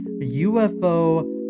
UFO